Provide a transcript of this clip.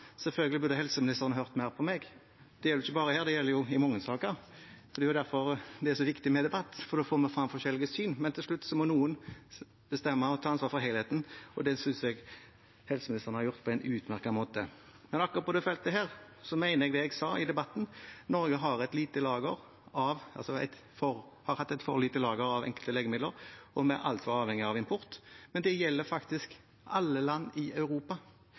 Selvfølgelig burde helseministeren hørt mer på meg. Det gjelder ikke bare her, det gjelder i mange saker. Det er derfor det er så viktig med debatt, for da får vi frem forskjellige syn, men til slutt må noen bestemme og ta ansvar for helheten. Det synes jeg helseministeren har gjort på en utmerket måte. Men på akkurat dette feltet mener jeg det jeg sa i debatten, at Norge har hatt et for lite lager av enkelte legemidler. Vi er altfor avhengig av import. Men det gjelder faktisk alle land i Europa.